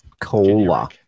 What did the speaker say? Cola